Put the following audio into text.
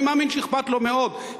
אני מאמין שאכפת לו מאוד,